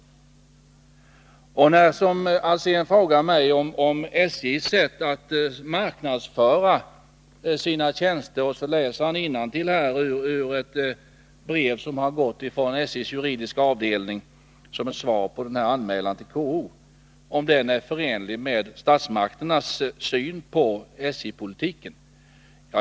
Hans Alsén frågar mig om SJ:s sätt att marknadsföra sina tjänster, och därvid läser han innantill ur ett brev som gått från SJ:s juridiska avdelning som ett svar på anmälan till KO, om detta är förenligt med statsmakternas syn på SJ-politiken.